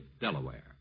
Delaware